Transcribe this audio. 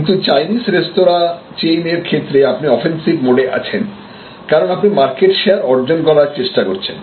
কিন্তু Chinese restaurant chain এর ক্ষেত্রে আপনি অফেন্সিভ মোড এ আছেন কারণ আপনি মার্কেট শেয়ার অর্জন করার চেষ্টা করছেন